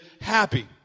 happy